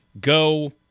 go